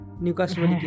Newcastle